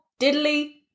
diddly